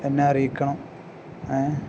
എന്നെ അറിയിക്കണം